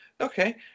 Okay